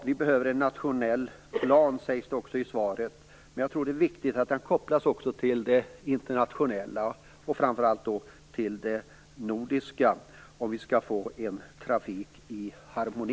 Vi behöver en nationell plan sägs det också i svaret, men jag tror att det är viktigt att en sådan också kopplas till det internationella, framför allt då till det nordiska, om vi skall få en trafik i harmoni.